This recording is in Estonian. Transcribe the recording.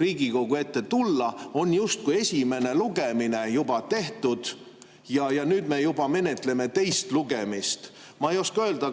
Riigikogu ette tulla, on justkui esimene lugemine juba tehtud ja nüüd me juba menetleme teist lugemist. Ma ei oska öelda,